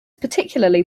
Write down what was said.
particularly